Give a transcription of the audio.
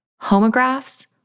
homographs